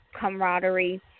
camaraderie